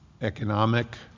economic